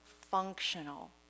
functional